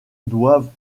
doivent